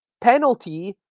penalty